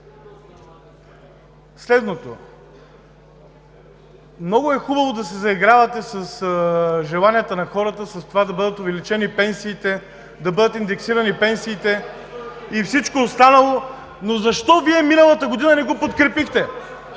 към Вас: много е хубаво да се заигравате с желанията на хората с това да бъдат увеличени пенсиите, да бъдат индексирани пенсиите и всичко останало, но защо Вие миналата година не го подкрепихте?